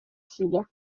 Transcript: силе